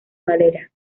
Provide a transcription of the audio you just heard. varela